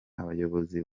abayobozi